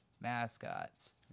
mascots